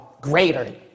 greater